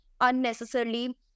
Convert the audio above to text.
Unnecessarily